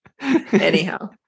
Anyhow